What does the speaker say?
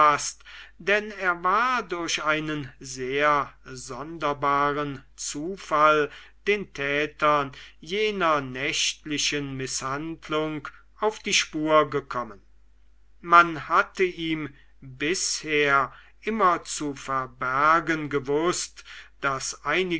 denn er war durch einen sehr sonderbaren zufall den tätern jener nächtlichen mißhandlung auf die spur gekommen man hatte ihm bisher immer zu verbergen gewußt daß